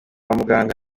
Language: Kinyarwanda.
muganga